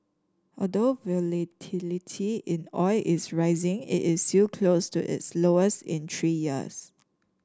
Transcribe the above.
although volatility in oil is rising it is still close to its lowest in three years